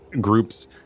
groups